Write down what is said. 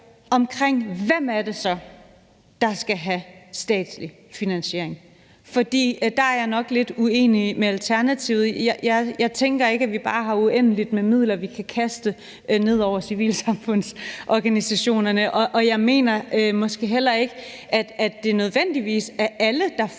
om, hvem det så er, der skal have en statslig finansiering. For der er jeg nok lidt uenig med Alternativet. Jeg tænker ikke, at vi bare har uendeligt med midler, vi kan kaste ned over civilsamfundsorganisationerne, og jeg mener måske heller ikke, at det nødvendigvis er alle, der får